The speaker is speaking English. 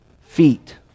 feet